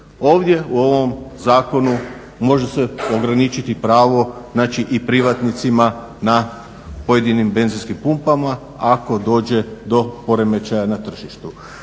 Ovdje u ovom zakonu može se ograničiti pravo znači i privatnicima na pojedinim benzinskim pumpama ako dođe do poremećaja na tržištu.